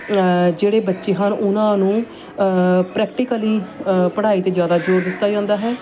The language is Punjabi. ਜਿਹੜੇ ਬੱਚੇ ਹਨ ਉਹਨਾਂ ਨੂੰ ਪ੍ਰੈਕਟੀਕਲੀ ਪੜ੍ਹਾਈ 'ਤੇ ਜ਼ਿਆਦਾ ਜੋਰ ਦਿੱਤਾ ਜਾਂਦਾ ਹੈ